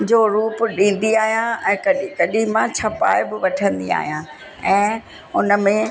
जो रूप ॾींदी आहियां ऐं कॾहिं कॾहिं मां छ्पाए बि वठंदी आहियां ऐं हुन में